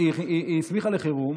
היא הסמיכה לחירום,